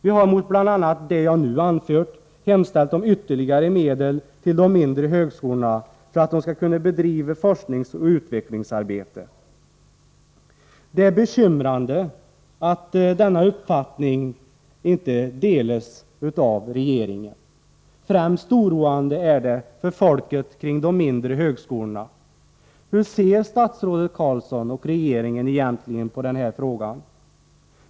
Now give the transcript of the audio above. Vi har mot bakgrund av vad jag bl.a. nu har anfört hemställt om ytterligare medel till de mindre högskolorna så att de skall kunna bedriva forskningsoch utvecklingsarbete. Det är bekymrande att denna uppfattning inte delas av regeringen. Mest oroande är det för människorna vid de mindre högskolorna. Hur ser statsrådet Carlsson och regeringen egentligen på denna fråga?